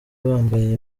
bambaye